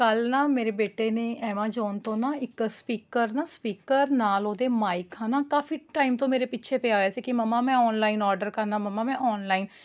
ਕੱਲ੍ਹ ਨਾ ਮੇਰੇ ਬੇਟੇ ਨੇ ਐਮਾਜ਼ੋਨ ਤੋਂ ਨਾ ਇੱਕ ਸਪੀਕਰ ਨਾ ਸਪੀਕਰ ਨਾਲ ਉਹਦੇ ਮਾਈਕ ਹੈ ਨਾ ਕਾਫੀ ਟਾਈਮ ਤੋਂ ਮੇਰੇ ਪਿੱਛੇ ਪਿਆ ਹੋਇਆ ਸੀ ਕਿ ਮੰਮਾ ਮੈਂ ਓਨਲਾਈਨ ਓਡਰ ਕਰਨਾ ਮੰਮਾ ਮੈਂ ਔਨਲਾਈਨ